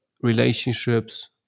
relationships